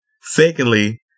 Secondly